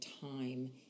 time